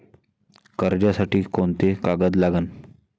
कर्जसाठी कोंते कागद लागन?